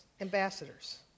ambassadors